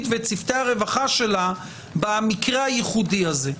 ואת צוותי הרווחה שלה במקרה הייחודי הזה.